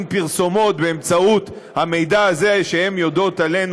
פרסומות באמצעות המידע הזה שהן יודעות עלינו,